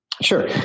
Sure